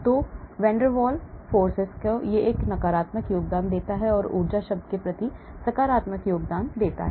तो यह van der Waals है यह नकारात्मक योगदान देता है यह ऊर्जा शब्द के प्रति सकारात्मक योगदान देता है